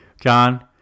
John